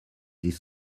des